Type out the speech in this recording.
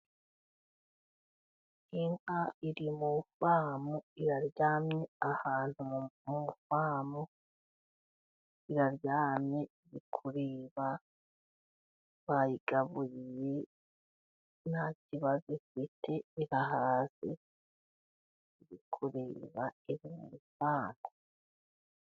Inka iri mu famu iraryamye ahantu mu famu, iraryamye iri kureba bayigagaburiye ntakibazo ifite irahaze iri kureba iri mu famu .